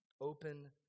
open